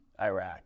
Iraq